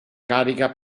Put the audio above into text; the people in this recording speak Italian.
carica